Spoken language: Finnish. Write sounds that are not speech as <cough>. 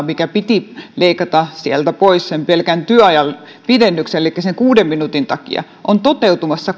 <unintelligible> mikä piti leikata sieltä pois sen pelkän työajan pidennyksen elikkä sen kuuden minuutin takia on toteutumassa <unintelligible>